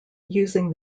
using